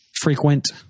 frequent